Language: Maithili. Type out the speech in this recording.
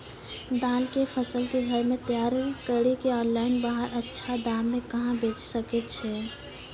दाल के फसल के घर मे तैयार कड़ी के ऑनलाइन बाहर अच्छा दाम मे कहाँ बेचे सकय छियै?